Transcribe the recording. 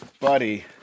Buddy